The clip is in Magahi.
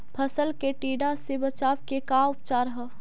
फ़सल के टिड्डा से बचाव के का उपचार है?